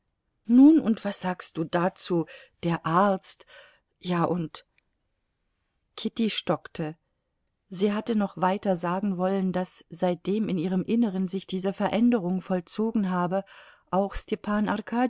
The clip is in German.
nun und was sagst du dazu der arzt ja und kitty stockte sie hatte noch weiter sagen wollen daß seitdem in ihrem inneren sich diese veränderung vollzogen habe auch stepan